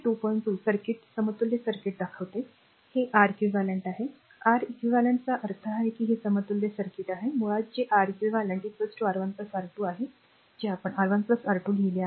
२ circuit समतुल्य circuit दाखवते हे r R eq आहे R eq चा अर्थ आहे ही समतुल्य सर्किट आहे मुळात हे r R eq R1 R2 आहे जे आपण R1 R2 लिहिले आहे